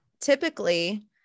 typically